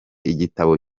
igitabo